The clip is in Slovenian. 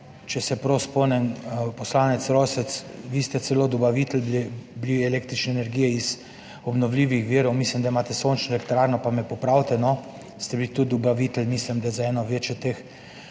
Če se prav spomnim, poslanec Rosec, vi ste bili celo dobavitelj električne energije iz obnovljivih virov, mislim, da imate sončno elektrarno, pa me popravite, no, ste bili tudi dobavitelj, mislim, da za eno teh